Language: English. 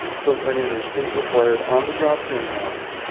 from earning their state required on-the-job training hours.